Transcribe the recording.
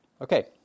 Okay